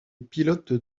pilote